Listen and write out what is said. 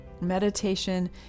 Meditation